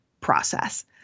process